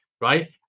right